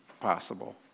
possible